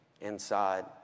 inside